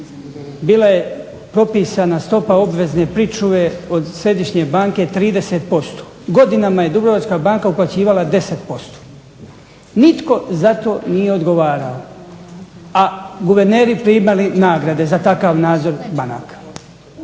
bila je propisana stopa obvezne pričuve od Središnje banke 30%. Godinama je Dubrovačka banka uplaćivala 10%. Nitko za to nije odgovarao, a guverneri primali nagrade za takav nadzor banaka.